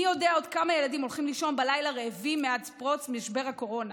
מי יודע עוד כמה ילדים הולכים לישון בלילה רעבים מאז פרוץ משבר הקורונה.